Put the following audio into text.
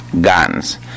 guns